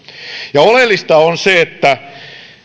oleellista on se että